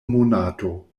monato